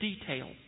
details